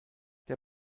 der